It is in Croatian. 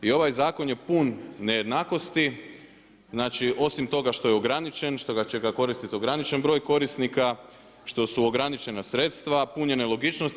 I ovaj zakon je pun nejednakosti, znači osim toga što je ograničen, što će ga koristiti ograničen broj korisnika, što su ograničena sredstava, pun je nelogičnosti.